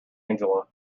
angela